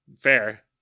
Fair